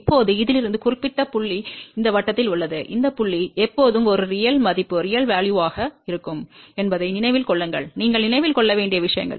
இப்போது இதிலிருந்து குறிப்பிட்ட புள்ளி இந்த வட்டத்தில் உள்ளது இந்த புள்ளி எப்போதும் ஒரு உண்மையான மதிப்பு 1 ஆக இருக்கும் என்பதை நினைவில் கொள்ளுங்கள் நீங்கள் நினைவில் கொள்ள வேண்டிய விஷயங்கள்